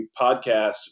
podcast